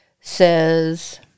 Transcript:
says